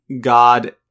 God